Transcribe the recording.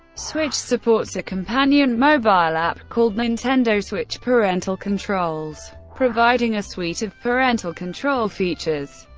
switch supports a companion mobile app called nintendo switch parental controls, providing a suite of parental control features.